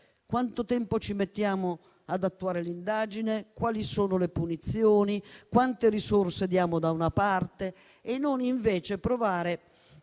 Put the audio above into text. quanto tempo ci mettiamo ad attuare le indagini, quali sono le punizioni o quante risorse diamo da una parte. Se invece